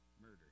murder